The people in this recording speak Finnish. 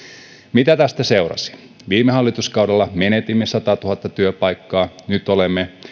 mitä tästä seurasi viime hallituskaudella menetimme satatuhatta työpaikkaa nyt olemme saaneet